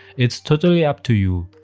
it's totally up to you.